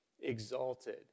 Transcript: exalted